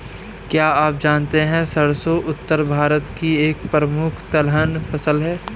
क्या आप जानते है सरसों उत्तर भारत की एक प्रमुख तिलहन फसल है?